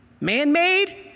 Man-made